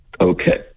Okay